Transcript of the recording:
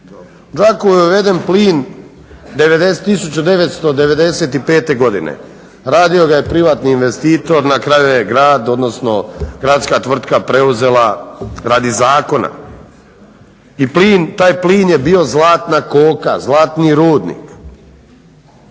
Đakovu je uveden plin 1995.godine radio ga je privatni investitor, na kraju je grad odnosno gradska tvrtka preuzela radi zakona i taj plin je bio zlatna koka zlatni rudnik,